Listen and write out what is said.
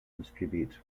distributes